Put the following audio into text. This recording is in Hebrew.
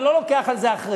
אני לא לוקח על זה אחריות,